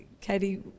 Katie